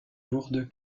lourde